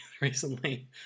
recently